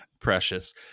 precious